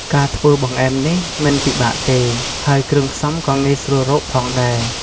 ការធ្វើបង្អែមនេះមិនពិបាកទេ ហើយគ្រឿងផ្សំក៏ងាយស្រួលរកផងដែរ។